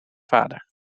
vader